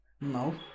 No